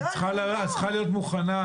יותר מזה.